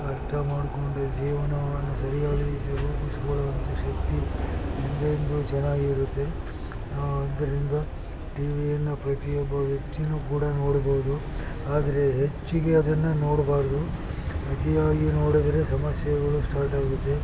ಅರ್ಥ ಮಾಡಿಕೊಂಡು ಜೀವನವನ್ನು ಸರಿಯಾದ ರೀತಿ ರೂಪಿಸ್ಕೊಳ್ಳುವಂಥ ಶಕ್ತಿ ಎಂದೆಂದೂ ಚೆನ್ನಾಗಿರುತ್ತೆ ಆದ್ದರಿಂದ ಟಿವಿಯನ್ನು ಪ್ರತಿಯೊಬ್ಬ ವ್ಯಕ್ತಿಯೂ ಕೂಡ ನೋಡ್ಬೋದು ಆದರೆ ಹೆಚ್ಚಿಗೆ ಅದನ್ನು ನೋಡಬಾರ್ದು ಅತಿಯಾಗಿ ನೋಡಿದರೆ ಸಮಸ್ಯೆಗಳು ಸ್ಟಾರ್ಟ್ ಆಗುತ್ತೆ